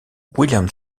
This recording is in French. william